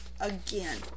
again